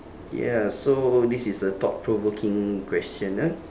ya so this is a thought provoking question ah